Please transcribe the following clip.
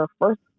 first